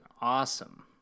awesome